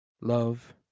love